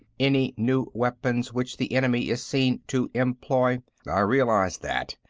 any new weapons which the enemy is seen to employ i realize that,